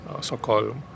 so-called